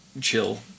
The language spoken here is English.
chill